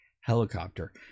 helicopter